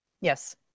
yes